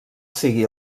sigui